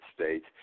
States